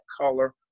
color